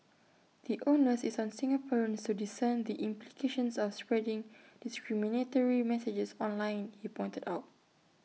the onus is on Singaporeans to discern the implications of spreading discriminatory messages online he pointed out